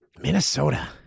Minnesota